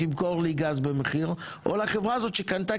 תמכור לי גז במחיר או לחברה הזאת שקנתה